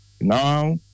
Now